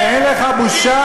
אין לך בושה?